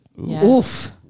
Oof